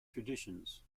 traditions